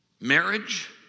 marriage